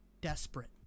desperate